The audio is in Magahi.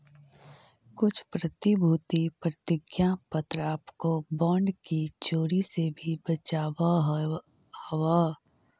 कुछ प्रतिभूति प्रतिज्ञा पत्र आपको बॉन्ड की चोरी से भी बचावअ हवअ